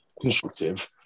constructive